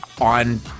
on